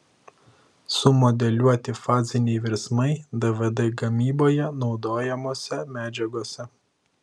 sumodeliuoti faziniai virsmai dvd gamyboje naudojamose medžiagose